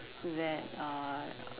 that uh